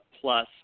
plus